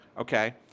Okay